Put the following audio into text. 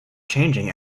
changing